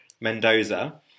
Mendoza